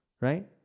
Right